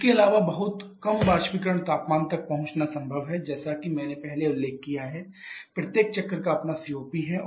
इसके अलावा बहुत कम बाष्पीकरण तापमान तक पहुंचना संभव है जैसा कि मैंने पहले उल्लेख किया है प्रत्येक चक्र का अपना COP's है